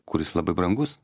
kuris labai brangus